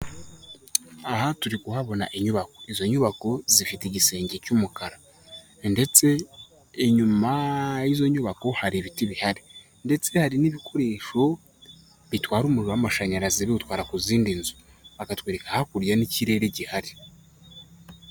Aha turi kuhabona inyubako, izo nyubako zifite igisenge cy'umukara ndetse inyuma y'izo nyubako hari ibiti bihari ndetse hari n'ibikoresho bitwara umuriro w'amashanyarazi biwutwara ku zindi nzu, bakatwereka hakurya n'ikirere gihari.